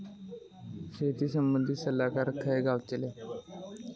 शेती संबंधित सल्लागार खय गावतलो?